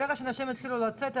ברגע שאנשים יתחילו לצאת,